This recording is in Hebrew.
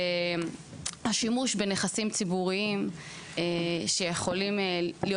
והשימוש בנכסים ציבוריים שיכולים להיות